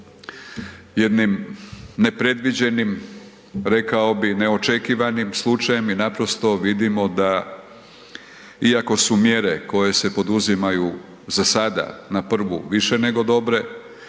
jednim nepredviđenim, rekao bi, neočekivanim slučajem i naprosto vidimo da iako su mjere koje se poduzimaju za sada na prvu više nego dobre,